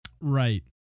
right